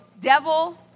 devil